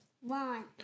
One